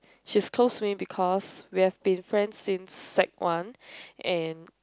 she's close to me because we have been friends since sec one and